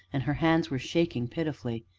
and her hands were shaking pitifully.